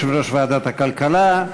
יושב-ראש ועדת הכלכלה.